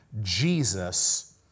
Jesus